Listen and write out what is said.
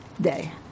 day